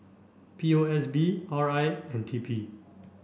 P O S B R I and T P